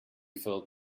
filled